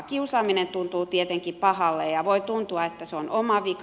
kiusaaminen tuntuu tietenkin pahalle ja voi tuntua että se on oma vika